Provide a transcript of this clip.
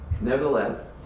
Nevertheless